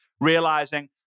realizing